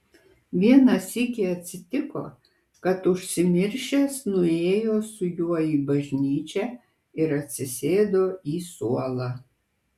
vieną sykį atsitiko kad užsimiršęs nuėjo su juo į bažnyčią ir atsisėdo į suolą